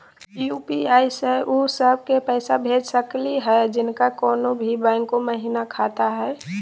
UPI स उ सब क पैसा भेज सकली हई जिनका कोनो भी बैंको महिना खाता हई?